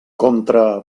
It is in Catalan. contra